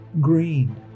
Green